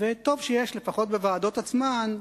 טוב שלפחות בוועדות עצמן,